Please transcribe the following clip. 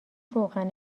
روغن